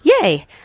yay